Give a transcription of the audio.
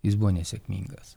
jis buvo nesėkmingas